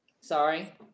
sorry